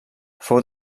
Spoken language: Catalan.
fou